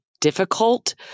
difficult